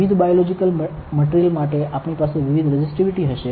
વિવિધ biological material માટે આપણી પાસે વિવિધ રેઝિસ્ટીવીટી હશે